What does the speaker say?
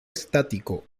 estático